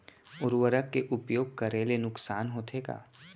उर्वरक के उपयोग करे ले नुकसान होथे का?